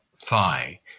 thigh